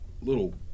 little